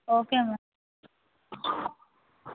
okay ma'am